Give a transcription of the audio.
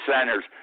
centers